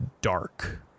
dark